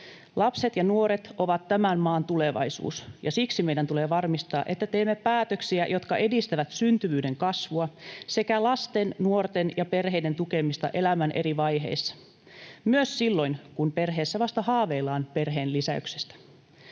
Lapset ja nuoret ovat tämän maan tulevaisuus, ja siksi meidän tulee varmistaa, että teemme päätöksiä, jotka edistävät syntyvyyden kasvua sekä lasten, nuorten ja perheiden tukemista elämän eri vaiheissa, myös silloin kun perheessä vasta haaveillaan perheenlisäyksestä.